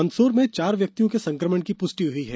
मंदसौर में चार व्यक्तियों में संक्रमण की पुष्टि हुई है